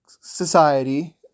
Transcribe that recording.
society